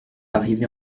arrivé